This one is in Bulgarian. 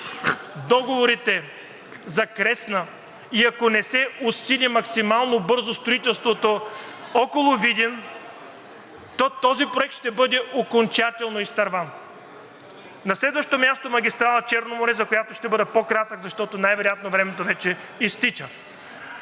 договорите за Кресна и ако не се усили максимално бързо строителството около Видин, то този проект ще бъде окончателно изтърван. На следващо място, магистрала „Черно море“, за която ще бъда по-кратък, защото най-вероятно времето вече изтича,